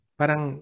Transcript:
parang